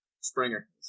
Springer